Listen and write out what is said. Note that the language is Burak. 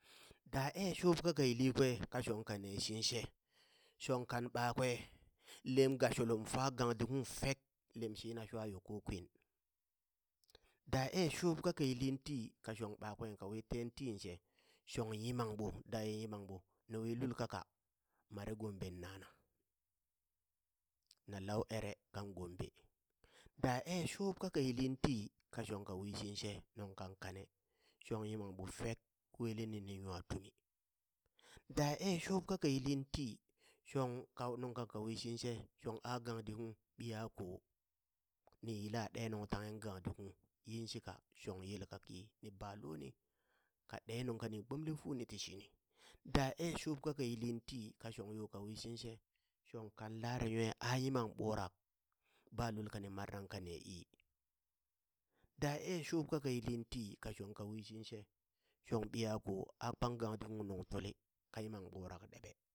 Daa ee shuub kaka yilli kwe ka shong ka ne shiŋ she, shong kan ɓakwe lem gashulum fa gangdi uŋ fek lem shiina shwa yo ko kwin, daa ee shuub kaka yilin ti ka shob ɓakwe ka wi teen tiiŋ she, shong yimangɓo daye yimangɓo ni wi lukaka mare Gomben nana, na lau ere kan Gombe, daa ee shuub kaka yiliŋ ti ka shong ka wishiŋ she nuŋ kaŋ kane shong yimangɓo fek welenin nwa tumi, daa ee shuub kaka yilin ti, shong kan nun kaka wii shin shee shong a gaŋdi uŋ biyako, ni yila ɗe nuŋ tanghe gangdi uŋ yinshika shong yel kaki ni ba loni ka ɗee nungka ni gbomle funi ti hini, daa ee shuub kaka yilin ti ka shong yo ka wishinshe shong ka lare nwa a yimang ɓurak ba lul kani marnaŋ kane ii, daa ee shuub kaka yilin tii ka shong ka wi shitshe shong ɓiyako aa kpang gaŋ di uŋ nuŋ tuli ka yimang ɓurak ɗeɓe.